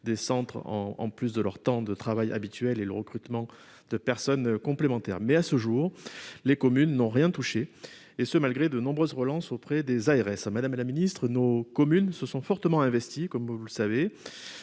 des agents en plus de leur temps de travail habituel et du recrutement de personnes supplémentaires. Or, à ce jour, les communes n'ont rien touché, et cela malgré de nombreuses relances auprès des ARS. Madame la ministre, nos communes se sont fortement investies, comme vous le savez,